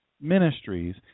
Ministries